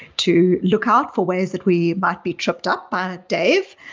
to look out for ways that we might be tripped up by dave,